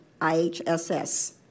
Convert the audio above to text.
IHSS